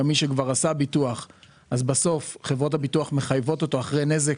כי חברות הביטוח מחייבות את אותו מבוטח אחרי נזק,